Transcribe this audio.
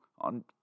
on